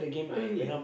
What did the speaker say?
really ah